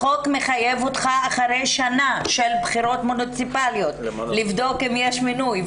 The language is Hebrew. החוק מחייב אותך שנה לאחר הבחירות המוניציפליות לבדוק אם יש מינוי,